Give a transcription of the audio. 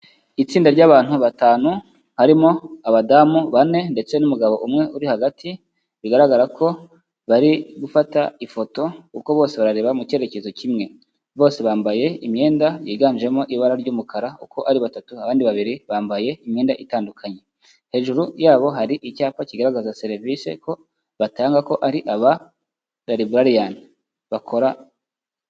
Itsinda ry'abantu batanu, harimo abadamu bane, ndetse n'umugabo umwe uri hagati, bigaragara ko bari gufata ifoto, kuko bose barareba mu cyerekezo kimwe. Bose bambaye imyenda yiganjemo ibara ry'umukara uko ari batatu, abandi babiri bambaye imyenda itandukanye. Hejuru yabo hari icyapa kigaragaza serivisi ko batanga ko ari aba la librarian bakora,...